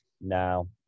now